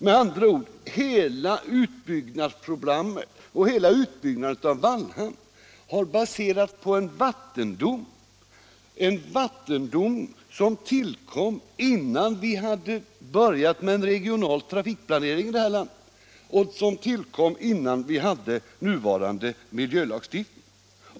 Med andra ord: hela utbyggnaden av Wallhamn har baserat sig på en vattendom som tillkom innan vi hade börjat med regional trafikplanering i det här landet och innan vi hade den nuvarande miljölagstiftningen.